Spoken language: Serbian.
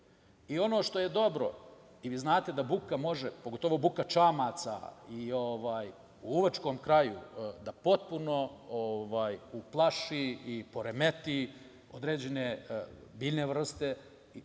Ono što je dobro, vi znate da buka može, pogotovo buka čamaca i u lovačkom kraju da potpuno uplaši i poremeti određene životinjske vrste